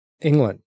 England